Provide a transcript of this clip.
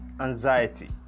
anxiety